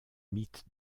mythes